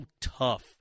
tough